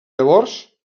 llavors